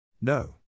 No